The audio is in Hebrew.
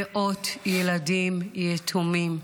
מאות ילדים יתומים.